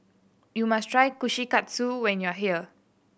you must try Kushikatsu when you are here